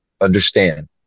understand